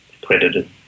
credited